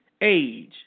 age